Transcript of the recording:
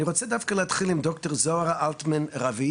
אני רוצה להתחיל עם ד"ר זהר אלטמן ראביד,